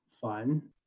fun